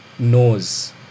knows